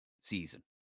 season